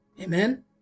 amen